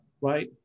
Right